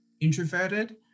introverted